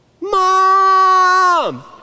Mom